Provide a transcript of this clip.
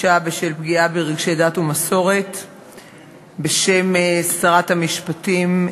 טיבי, בשם שרת המשפטים,